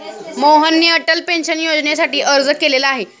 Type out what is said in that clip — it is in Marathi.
मोहनने अटल पेन्शन योजनेसाठी अर्ज केलेला आहे